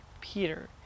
Peter